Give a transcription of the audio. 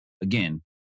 again